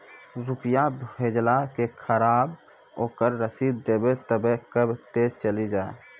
रुपिया भेजाला के खराब ओकरा रसीद देबे तबे कब ते चली जा?